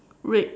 red